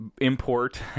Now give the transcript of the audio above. import